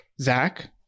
Zach